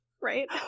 Right